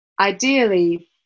ideally